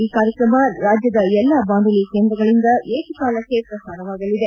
ಈ ಕಾರ್ಯಕ್ರಮ ರಾಜ್ಯದ ಎಲ್ಲಾ ಬಾನುಲಿ ಕೇಂದ್ರಗಳಿಂದ ಏಕಕಾಲಕ್ಕೆ ಪ್ರಸಾರವಾಗಲಿದೆ